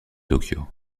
tokyo